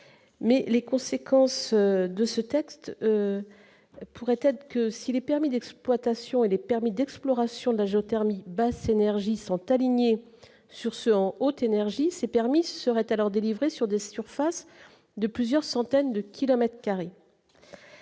mais les conséquences de ce texte pourrait être que si les permis d'exploitation et les permis d'exploration de la géothermie basse énergie sont alignés sur ceux en haute énergie c'est permis serait alors délivré sur des surfaces de plusieurs centaines de kilomètres carrés